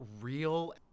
real